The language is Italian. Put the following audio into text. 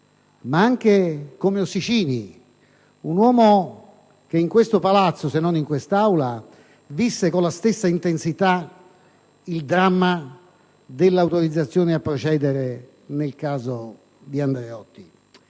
Andreotti ed Ossicini, un uomo che in questo palazzo se non in quest'Aula visse con intensità il dramma dell'autorizzazione a procedere nel caso di Andreotti.